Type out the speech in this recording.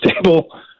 table